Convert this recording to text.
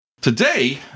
Today